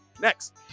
Next